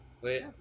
wait